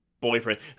boyfriend